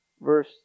verse